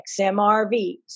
XMRVs